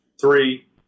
three